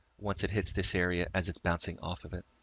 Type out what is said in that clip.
once it hits this area, as it's bouncing off of it,